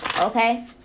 okay